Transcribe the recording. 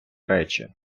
речі